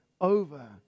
over